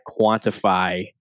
quantify